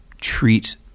treat